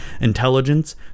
intelligence